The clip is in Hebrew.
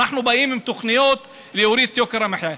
אנחנו באים עם תוכניות להוריד את יוקר המחיה.